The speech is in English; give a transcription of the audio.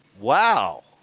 Wow